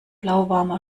lauwarmer